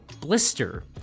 Blister